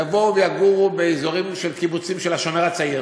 יבואו ויגורו באזורי הקיבוצים של "השומר הצעיר"